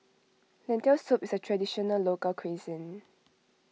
Lentil Soup is a Traditional Local Cuisine